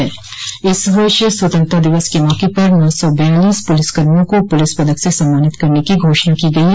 विज्ञप्तविभिन्न PTC इस वर्ष स्वतंत्रता दिवस के मौके पर नौ सौ बयालीस पुलिस कर्मियों को पुलिस पदक से सम्मानित करने की घोषणा की गई है